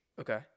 okay